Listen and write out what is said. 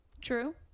True